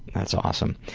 that's awesome.